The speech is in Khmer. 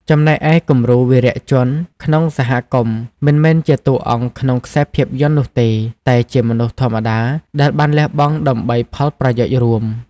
ចំណែកឯគំរូវីរៈជនក្នុងសហគមន៍មិនមែនជាតួអង្គក្នុងខ្សែភាពយន្តនោះទេ តែជាមនុស្សធម្មតាដែលបានលះបង់ដើម្បីផលប្រយោជន៍រួម។